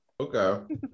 Okay